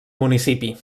municipi